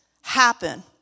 happen